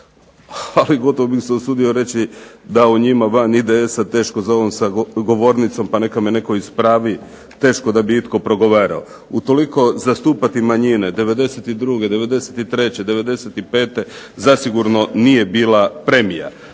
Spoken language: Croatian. ali gotovo bih se usudio reći da u njima van IDS-a teško za ovom govornicom, pa neka me netko ispravi, teško da bi itko progovarao. Utoliko zastupati manjine '92., '93., '95. zasigurno nije bila premija.